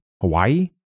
Hawaii